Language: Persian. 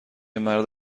مرد